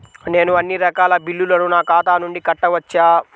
నేను అన్నీ రకాల బిల్లులను నా ఖాతా నుండి కట్టవచ్చా?